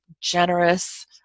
generous